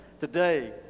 today